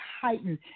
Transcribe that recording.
heightened